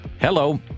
Hello